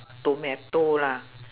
tomato lah